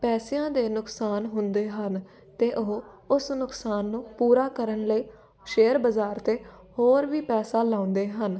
ਪੈਸਿਆਂ ਦੇ ਨੁਕਸਾਨ ਹੁੰਦੇ ਹਨ ਅਤੇ ਉਹ ਉਸ ਨੁਕਸਾਨ ਨੂੰ ਪੂਰਾ ਕਰਨ ਲਈ ਸ਼ੇਅਰ ਬਾਜ਼ਾਰ 'ਤੇ ਹੋਰ ਵੀ ਪੈਸਾ ਲਾਉਂਦੇ ਹਨ